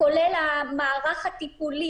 זה כולל את המערך הטיפולי.